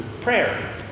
prayer